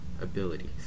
abilities